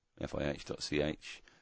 fih.ch